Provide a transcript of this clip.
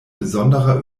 besonderer